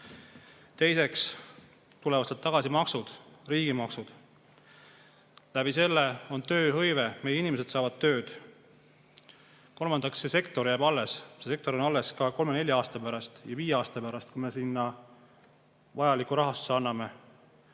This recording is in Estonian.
Teiseks tulevad sealt tagasi maksud, riigimaksud. See annab ka tööhõive, meie inimesed saavad tööd. Kolmandaks, see sektor jääb alles. See sektor on alles ka kolme-nelja aasta pärast või viie aasta pärast, kui me sinna vajaliku rahastuse anname.